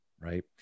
Right